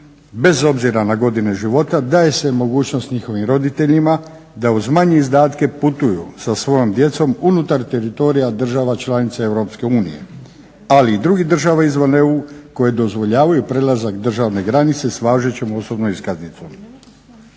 bez obzira na godine života daje se mogućnost njihovim roditeljima da uz manje izdatke putuju sa svojom djecom unutar teritorija država članica EU, ali i drugih država izvan EU koje dozvoljavaju prelazak državne granice s važećom osobnom iskaznicom.